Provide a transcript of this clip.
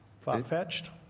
Far-fetched